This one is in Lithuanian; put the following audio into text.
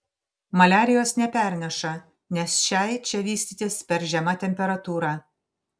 maliarijos neperneša nes šiai čia vystytis per žema temperatūra